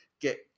get